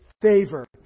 favor